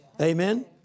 Amen